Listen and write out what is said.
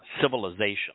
civilization